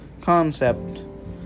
concept